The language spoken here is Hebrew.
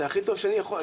זה הכי טוב שאני יכול.